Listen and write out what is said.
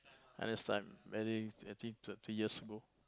N_S time maybe i think twenty three years ago